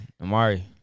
amari